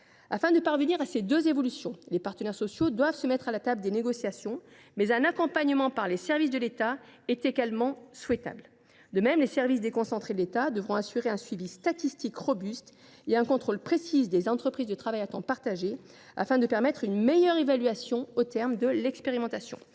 Afin de parvenir à ces deux évolutions, les partenaires sociaux doivent se mettre à la table des négociations, mais un accompagnement par les services de l’État est également souhaitable. De même, les services déconcentrés de l’État devront assurer un suivi statistique robuste et un contrôle précis des ETTP, afin de permettre une meilleure évaluation au terme de l’expérimentation.